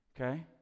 Okay